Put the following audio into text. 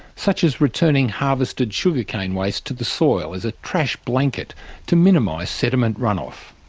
such as returning harvested sugar cane waste to the soil as a trash blanket to minimise sediment run-off.